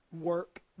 Work